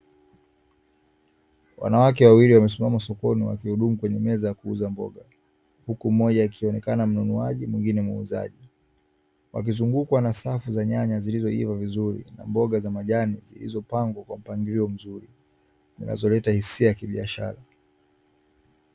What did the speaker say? Wanawake wawili wamesimama sokoni wakihudumu kwenye meza ya kuuza mboga, huku mmoja akionekana mnunuaji mwingine muuzaji, wakizungukwa na safu za nyanya zilizoiva vizuri, mboga za majani zilizopangwa kwa mpangilio mzuri zinazoleta hisia ya kibiashara.